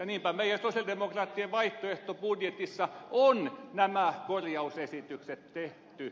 niinpä meidän sosialidemokraattien vaihtoehtobudjetissa on nämä korjausesitykset tehty